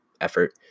effort